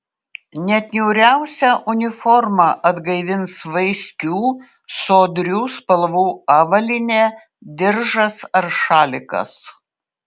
net niūriausią uniformą atgaivins vaiskių sodrių spalvų avalynė diržas ar šalikas